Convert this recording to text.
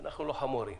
אנחנו לא חמורים.